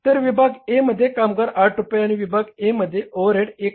तर विभाग A मध्ये कामगार 8 रुपये आणि विभाग A मध्ये ओव्हरहेड 1